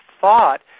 thought